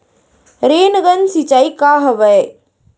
Rain gun सिंचाई का हवय?